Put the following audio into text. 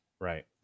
Right